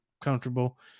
comfortable